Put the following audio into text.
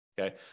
Okay